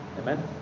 Amen